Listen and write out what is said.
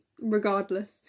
regardless